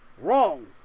wrong